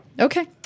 Okay